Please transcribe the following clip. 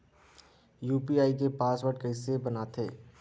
UPI के password कइसे बनाथे?